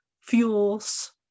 fuels